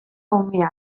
umea